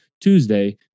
Tuesday